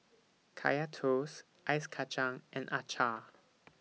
Kaya Toast Ice Kachang and Acar